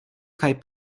kaj